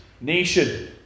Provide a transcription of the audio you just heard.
nation